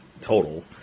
total